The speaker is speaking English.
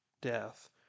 death